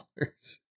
dollars